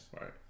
Right